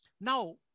Now